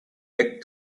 back